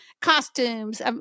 costumes